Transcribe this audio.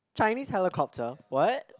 Chinese helicopter what